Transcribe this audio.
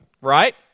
Right